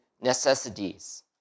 necessities